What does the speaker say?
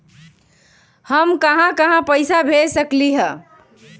हम कहां कहां पैसा भेज सकली ह?